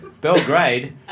Belgrade